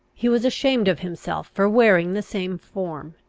he was ashamed of himself for wearing the same form.